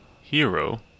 Hero